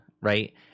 right